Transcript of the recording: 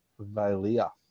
valia